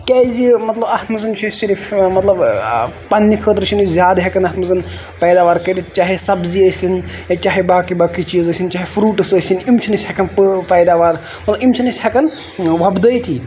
کیازِ مطلب اَتھ منٛز چھِ أسۍ صرِف مطلب پَنٕنہِ خٲطرٕ چھِنہٕ أسۍ زیاد ہٮ۪کان اَتھ منٛز ہٮ۪کان پیداوار کٔررِتھ چاہے سَبزی ٲسِنۍ یا چاہے باقی باقی چیٖز ٲسِنۍ چاہے فروٗٹٔس ٲسِنی یِم چھِ نہٕ أسۍ ہٮ۪کان پٲو پیداوار مطلب یِم چھِنہٕ أسۍ ہٮ۪کان وۄپدٲیتھٕے